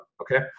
Okay